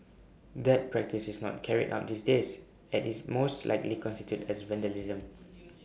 that practice is not carried out these days as IT most likely constitutes as vandalism